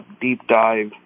deep-dive